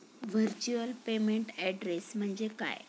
Virtual payment address म्हणजे काय?